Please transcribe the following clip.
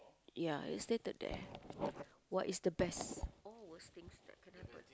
yeah it's stated there what is the best or worst thing that could happen